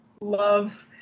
love